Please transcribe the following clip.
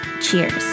Cheers